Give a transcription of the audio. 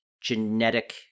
genetic